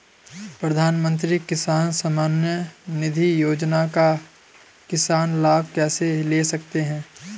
प्रधानमंत्री किसान सम्मान निधि योजना का किसान लाभ कैसे ले सकते हैं?